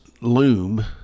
loom